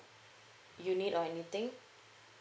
unit or anything